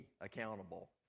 accountable